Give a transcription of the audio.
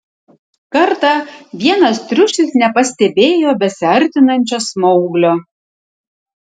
kartą vienas triušis nepastebėjo besiartinančio smauglio